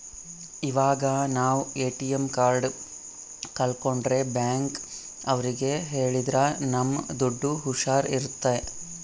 ಇವಾಗ ನಾವ್ ATM card ಕಲ್ಕೊಂಡ್ರೆ ಬ್ಯಾಂಕ್ ಅವ್ರಿಗೆ ಹೇಳಿದ್ರ ನಮ್ ದುಡ್ಡು ಹುಷಾರ್ ಇರುತ್ತೆ